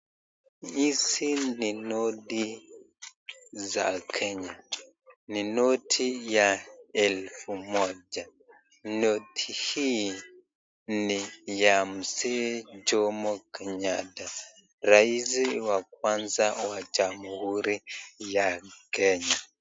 Hizi ni noti ya Kenya, ni noti ya elfu moja ,noti hii ni ya mzee Jomo Kenyatta, rais wa kwanza wa jamuhuri ya Kenya.